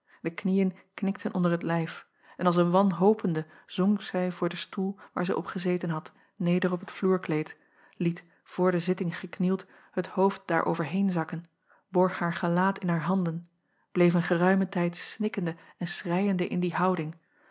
de knieën knikten onder t lijf en als een wanhopende zonk zij voor den stoel waar zij op gezeten had neder op het vloerkleed liet voor de zitting geknield het hoofd daar overheen zakken borg haar gelaat in haar handen bleef een geruimen tijd snikkende en schreiende in die houding